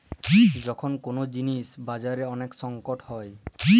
যখল কল জিলিস বাজারে ওলেক সংকট হ্যয়